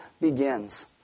begins